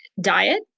diet